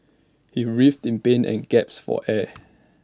he writhed in pain and gasped for air